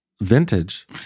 vintage